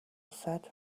said